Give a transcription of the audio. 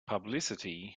publicity